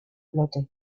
flote